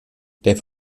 der